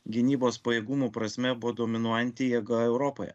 gynybos pajėgumų prasme buvo dominuojanti jėga europoje